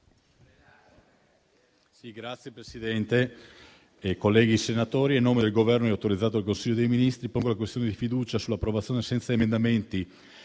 Signor Presi- dente, onorevoli senatori, a nome del Governo, autorizzato dal Consiglio dei ministri, pongo la questione di fiducia sull’approvazione, senza emendamenti